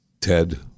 Ted